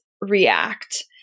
react